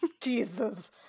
Jesus